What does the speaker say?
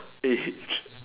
eh itch